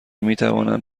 میتوانند